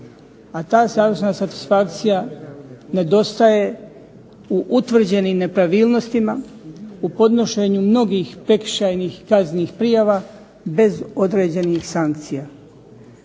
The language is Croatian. a ta završna satisfakcija nedostaje u utvrđenim nepravilnostima, u podnošenju mnogih prekršajnih kaznenih prijava bez određenih sankcija.